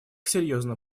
серьезным